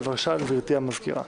בבקשה, גברתי המזכירה.